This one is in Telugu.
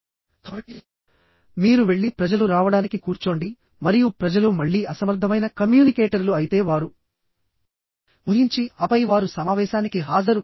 కాబట్టి మీరు వెళ్లి ప్రజలు రావడానికి కూర్చోండి మరియు ప్రజలు మళ్ళీ అసమర్థమైన కమ్యూనికేటర్లు అయితే వారు ఊహించి ఆపై వారు సమావేశానికి హాజరు కాలేరు